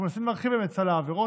אנחנו מנסים להרחיב להם את סל העבירות.